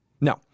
No